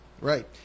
Right